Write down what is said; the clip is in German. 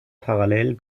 parallel